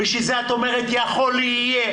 בשביל זה את אומרת "יכול יהיה",